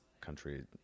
country